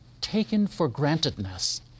taken-for-grantedness